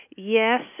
Yes